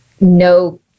no